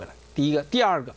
with the yard